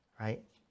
right